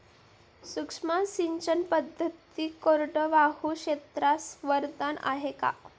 सूक्ष्म सिंचन पद्धती कोरडवाहू क्षेत्रास वरदान आहे का?